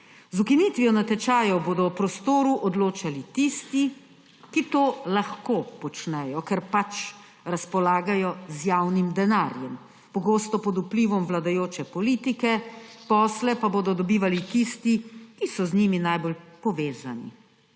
Z ukinitvijo natečajev bodo o prostoru odločali tisti, ki to lahko počnejo, ker pač razpolagajo z javnim denarjem, pogosto pod vplivom vladajoče politike, posle pa bodo dobivali tisti, ki so z njimi najbolj povezani.